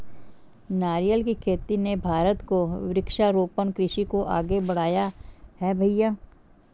नारियल की खेती ने भारत को वृक्षारोपण कृषि को आगे बढ़ाया है भईया